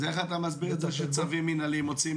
איך אתה מסביר את זה שצווים מינהליים מוציאים